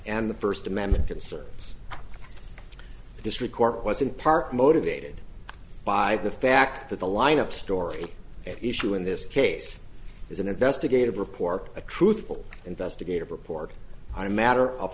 and the first amendment conserves district court was in part motivated by the fact that the line up story at issue in this case is an investigative report a truthful investigative report a matter of